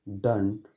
done